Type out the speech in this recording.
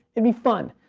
it'd be fun,